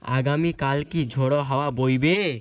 আগামীকাল কি ঝোড়ো হাওয়া বইবে